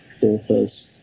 authors